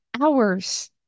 hours